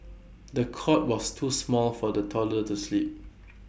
the cot was too small for the toddler to sleep